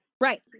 Right